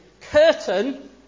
curtain